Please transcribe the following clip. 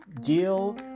deal